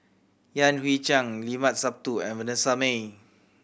Yan Hui Chang Limat Sabtu and Vanessa Mae